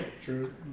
True